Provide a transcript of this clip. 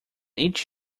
each